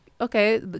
okay